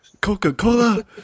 Coca-Cola